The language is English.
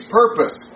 purpose